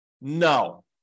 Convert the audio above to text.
No